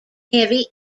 heavy